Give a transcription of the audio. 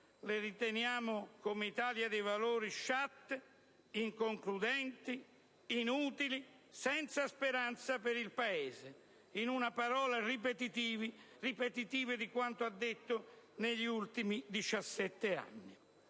le riteniamo, come Italia dei Valori, sciatte, inconcludenti, inutili, senza speranza per il Paese; in una parola, ripetitive di quanto detto negli ultimi 17 anni.